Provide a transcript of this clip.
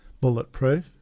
bulletproof